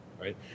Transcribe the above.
right